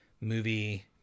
movie